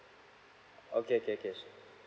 okay K K